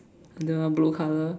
don't know blue colour